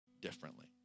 differently